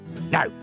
Now